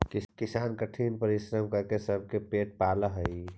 किसान कठिन परिश्रम करके सबके पेट पालऽ हइ